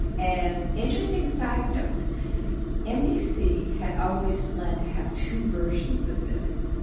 an interesting side note nbc had always planned to have two versions of this,